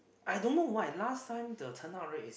I don't know why last time the turn out rate is